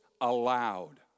allowed